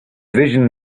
vision